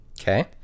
Okay